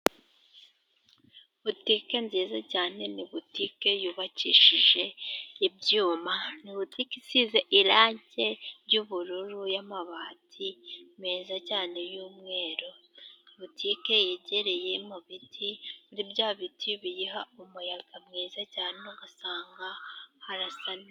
Butike nziza cyane ni butike yubakishije ibyuma, ni butike isize irange ry'ubururu y'amabati meza cyane y'umweru. Butike yegereye mu biti muri bya biti biyiha umuyaga mwiza cyane ugasanga harasa neza.